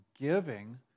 giving